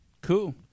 Cool